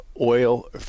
oil